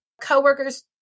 coworkers